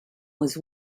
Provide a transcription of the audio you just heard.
was